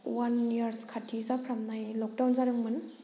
one years खाथि जाफ्रामनाय lockdown जादोंमोन